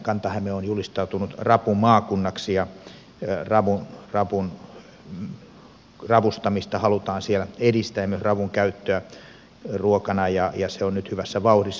kanta häme on julistautunut rapumaakunnaksi ja ravustamista halutaan siellä edistää ja myös ravun käyttöä ruokana ja se on nyt hyvässä vauhdissa